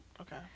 Okay